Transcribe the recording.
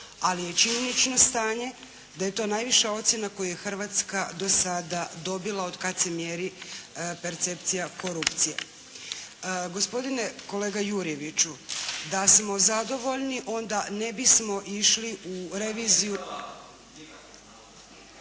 ali je činjenično stanje da je to najviša ocjena koju je Hrvatska do sada dobila od kad se mjeri percepcija korupcije. Gospodine kolega Jurjeviću, da smo zadovoljni onda ne bismo išli u reviziju.